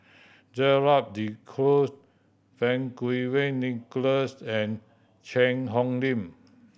Gerald De Cruz Fang Kuo Wei Nicholas and Cheang Hong Lim